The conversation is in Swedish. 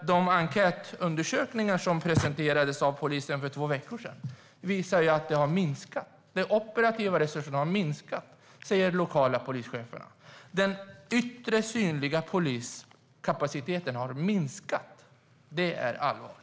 De enkätundersökningar som presenterades av polisen för två veckor sedan visar ju att det har minskat. De operativa resurserna har minskat, säger de lokala polischeferna. Den yttre, synliga poliskapaciteten har minskat. Det är allvarligt.